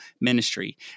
ministry